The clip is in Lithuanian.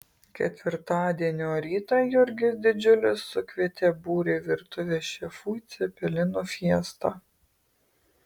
ketvirtadienio rytą jurgis didžiulis sukvietė būrį virtuvės šefų į cepelinų fiestą